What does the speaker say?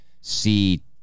see